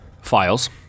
files